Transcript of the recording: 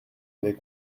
avait